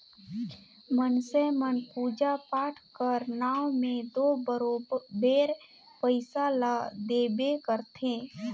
मइनसे मन पूजा पाठ कर नांव में दो बरोबेर पइसा ल देबे करथे